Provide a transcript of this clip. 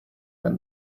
than